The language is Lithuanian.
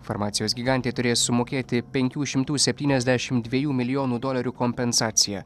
farmacijos gigantė turės sumokėti penkių šimtų septyniasdešimt dviejų milijonų dolerių kompensaciją